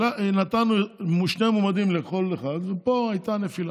נתנו שני מועמדים לכל אחד ופה הייתה נפילה.